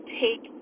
take